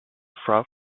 far